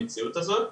המציאות הזאת.